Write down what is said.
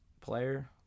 player